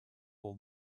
all